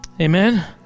amen